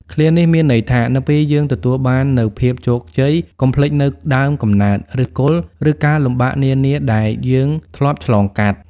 ឃ្លានេះមានន័យថា នៅពេលយើងទទួលបាននូវភាពជោគជ័យ កុំភ្លេចនូវដើមកំណើត ឫសគល់ ឬការលំបាកនានាដែលយើងធ្លាប់ឆ្លងកាត់។